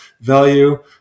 value